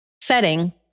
setting